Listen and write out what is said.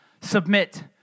submit